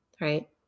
right